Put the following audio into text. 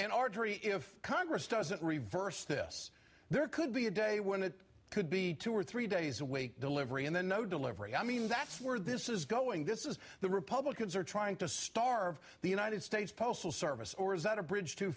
an artery if congress doesn't reverse this there could be a day when that could be two or three days away delivery and then no delivery i mean that's where this is going this is the republicans are trying to starve the united states postal service or is that a bridge too